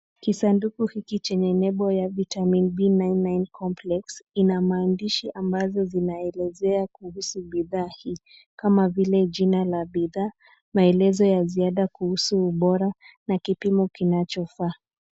Kisanduku hiki chenye nembo ya Vitamin B nine nine complex ina maandishi ambazo zinaelezea kuhusu bidhaa hii kama vile jina la bidhaa, maelezo ya ziada kuhusu ubora, na kipimo kinachofaa.